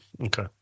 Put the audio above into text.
okay